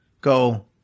go